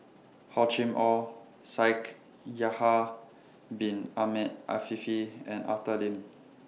Hor Chim Or Shaikh Yahya Bin Ahmed Afifi and Arthur Lim